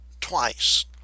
twice